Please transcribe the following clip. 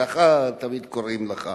ככה תמיד קוראים לך.